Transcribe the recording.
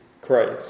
Christ